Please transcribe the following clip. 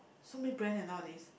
so many brand nowadays